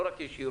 לא רק ישירות,